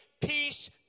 peace